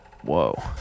Whoa